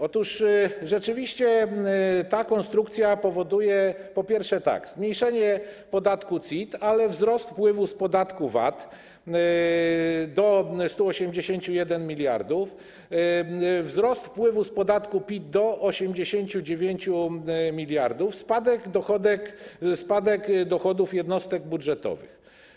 Otóż rzeczywiście ta konstrukcja powoduje, po pierwsze, zmniejszenie podatku CIT, ale wzrost wpływu z podatku VAT do 181 mld, wzrost wpływu z podatku PIT do 89 mld, spadek dochodów jednostek budżetowych.